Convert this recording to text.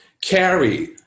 carry